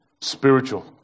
spiritual